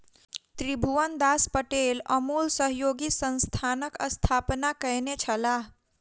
त्रिभुवनदास पटेल अमूल सहयोगी संस्थानक स्थापना कयने छलाह